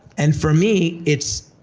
and for me, it's,